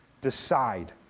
Decide